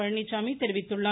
பழனிச்சாமி தெரிவித்துள்ளார்